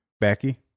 Becky